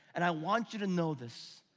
and i want you to know this.